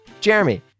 Jeremy